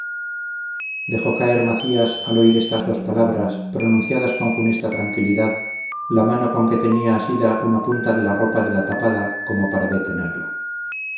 dejó caer macías al oír estas dos palabras pronunciadas con funesta tranquilidad la mano con que tenía asida una punta de la ropa de la tapada como para detenerla